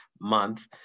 month